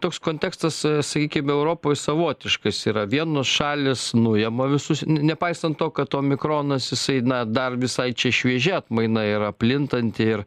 toks kontekstas sakykim europoj savotiškas yra vienos šalys nuima visus nepaisant to kad omikronas jisai na dar visai čia šviežia atmaina yra plintanti ir